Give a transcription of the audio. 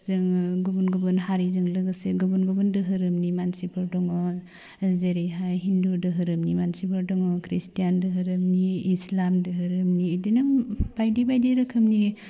जोङो गुबुन गुबुन हारिजों लोगोसे गुबुन गुबुन दोहोरोमनि मानसिबो दङ जेरैहाय हिन्दु दोहोरोमनि मोनसिफोर दङ ख्रिस्टियान दोहोरोमनि इस्लाम दोहोरोमनि बिदिनो बायदि बायदि रोखोमनि